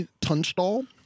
Tunstall